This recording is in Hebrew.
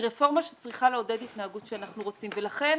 היא רפורמה שצריכה לעודד התנהגות שאנחנו רוצים ולכן